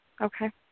okay